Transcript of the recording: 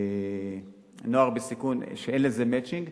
נוער בסיכון, ואין לזה "מצ'ינג".